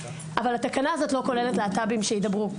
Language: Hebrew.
אבל התקנה הזו לא כוללת להט"בים שידברו.